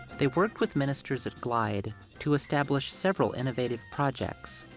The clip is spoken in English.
they worked with ministers at glide to establish several innovative projects,